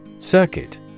Circuit